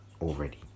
already